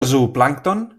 zooplàncton